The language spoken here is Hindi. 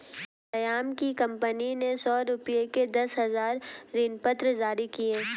श्याम की कंपनी ने सौ रुपये के दस हजार ऋणपत्र जारी किए